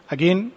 Again